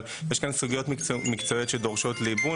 אבל יש כאן סוגיות מקצועיות שדורשות ליבון